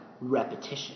repetition